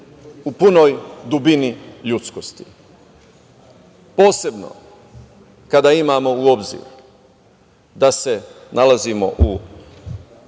u punoj dubini ljudskosti, posebno kada imamo u obzir da se nalazimo u